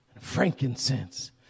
frankincense